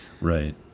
Right